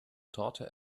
torte